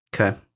Okay